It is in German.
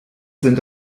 sind